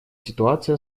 ситуация